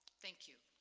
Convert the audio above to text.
thank you.